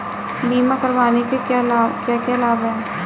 बीमा करवाने के क्या क्या लाभ हैं?